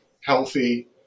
healthy